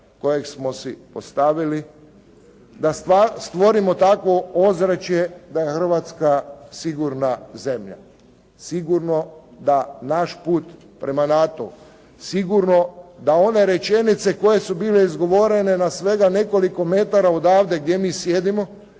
kojeg smo si ostavili da stvorimo takvo ozračje da je Hrvatska sigurna zemlja. Sigurno da naš put prema NATO-u, sigurno da one rečenice koje su bile izgovorene na svega nekoliko metara odavde gdje mi sjedimo